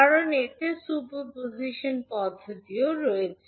কারণ এতে superposition পদ্ধতিও রয়েছে